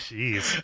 Jeez